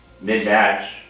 mid-match